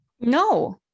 No